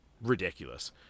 ridiculous